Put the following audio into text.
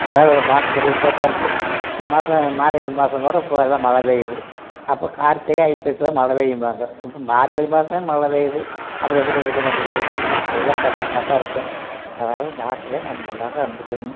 எதாவது ஒரு மாற்றம் இருந்துகிட்டேதான் இருக்கும் இந்த மாதம் மார்கழி மாதங்கூட இப்பல்லாம் மழை பேயுது அப்போ கார்த்திகை ஐப்பசிதான் மழை பெய்யும்பாங்க இப்போ மார்கழி மாதமே மழை பேயுது அப்டியாப்பட்டது இருக்குது நம்மளுது எல்லாம் கஷ்டமாத்தான் இருக்கும் அதனால் ஜாக்கிரதையாக நம்ம நல்லதாக இருந்துக்க வேணும்